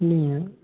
இல்லைங்க